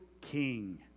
King